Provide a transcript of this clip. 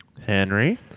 Henry